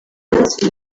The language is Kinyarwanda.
munsi